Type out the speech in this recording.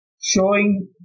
showing